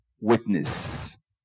Witness